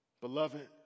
Beloved